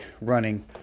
running